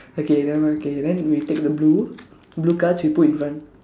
okay never okay then we take the blue blue cards you put in front